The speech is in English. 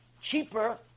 cheaper